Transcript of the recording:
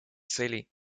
целей